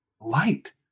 light